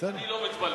שאני לא מתבלבל.